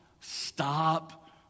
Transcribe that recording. stop